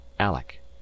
alec